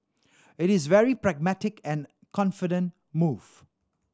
it is very pragmatic and confident move